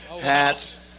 hats